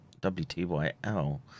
WTYL